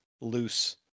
loose